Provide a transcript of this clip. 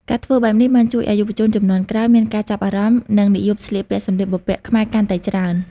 ការធ្វើបែបនេះបានជួយឱ្យយុវជនជំនាន់ក្រោយមានការចាប់អារម្មណ៍ និងនិយមស្លៀកពាក់សំលៀកបំពាក់ខ្មែរកាន់តែច្រើន។